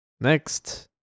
Next